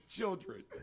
Children